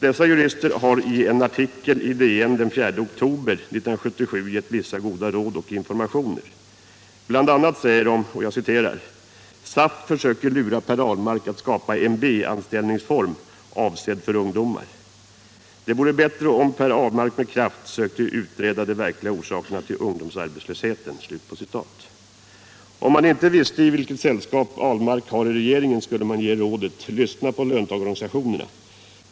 Dessa jurister har i en artikel i DN den 4 oktober 1977 gett vissa goda råd och informationer. De säger bl.a. att SAF försöker lura Per Ahlmark att ”skapa en ny anställningsform, en b-anställning som är avsedd för bl.a. ungdomar. -—-—- Det vore bättre om Per Ahlmark med kraft sökte utreda de verkliga orsakerna till ungdomsarbetslösheten.” Om man inte visste vilket sällskap Per Ahlmark har i regeringen skulle man ge rådet: Lyssna på löntagarorganisationerna!